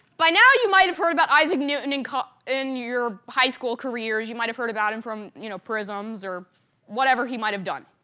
by now you might have heard about isaac newton and in your high school career. you might have heard about him from you know prisms or whatever he might have done.